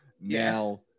Now